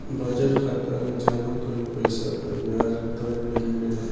budget खाता में जमा कइल पइसा पर ब्याज दर भी मिलेला